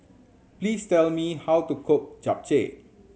please tell me how to cook Japchae